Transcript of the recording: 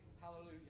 Hallelujah